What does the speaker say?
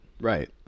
Right